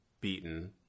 beaten